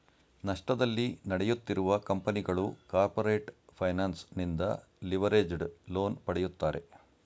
ನಷ್ಟದಲ್ಲಿ ನಡೆಯುತ್ತಿರುವ ಕಂಪನಿಗಳು ಕಾರ್ಪೊರೇಟ್ ಫೈನಾನ್ಸ್ ನಿಂದ ಲಿವರೇಜ್ಡ್ ಲೋನ್ ಪಡೆಯುತ್ತಾರೆ